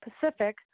Pacific